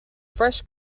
fresh